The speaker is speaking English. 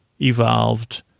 evolved